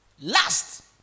Last